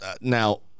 now